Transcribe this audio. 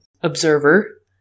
observer